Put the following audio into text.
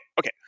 okay